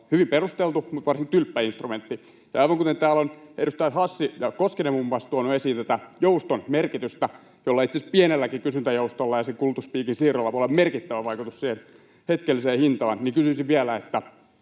hyvin perusteltu mutta varsin tylppä instrumentti. Aivan kuten täällä ovat edustajat Hassi ja Koskinen muun muassa tuoneet esiin tätä jouston merkitystä, niin itse asiassa pienelläkin kysyntäjoustolla ja sen kulutuspiikin siirrolla voi olla merkittävä vaikutus hetkelliseen hintaan, ja kysyisin vielä: mitä